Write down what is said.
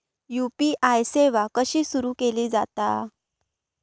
UPI सेवा कशी सुरू केली जाता?